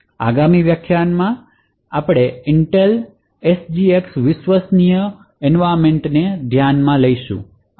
આગામી વ્યાખ્યાનમાં Intel SGX trusted execution environment પર આપણે ધ્યાન આપશું આભાર